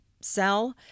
sell